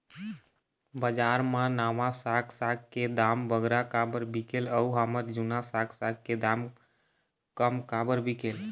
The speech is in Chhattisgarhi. बजार मा नावा साग साग के दाम बगरा काबर बिकेल अऊ हमर जूना साग साग के दाम कम काबर बिकेल?